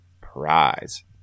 prize